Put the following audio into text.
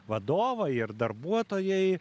vadovai ir darbuotojai